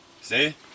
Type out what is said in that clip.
See